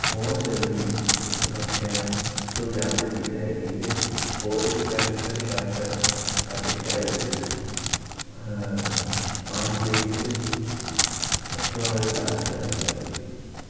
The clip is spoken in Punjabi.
ਬਹੁਤ ਜਲਦੀ ਇਹ ਸਮੱਸਿਆ ਸੁਲਝਾ ਦਿੱਤੀ ਜਾਏਗੀ ਅਤੇ ਹੋਰ ਵੀ ਵੈਟਰਨਰੀ ਡਾਕਟਰ ਸਾਡੇ ਸ਼ਹਿਰ ਵਿੱਚ ਆਉਣਗੇ ਅਤੇ ਪਸ਼ੂਆਂ ਦਾ ਇਲਾਜ ਕਰਿਆ ਕਰਨਗੇ